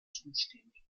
zuständig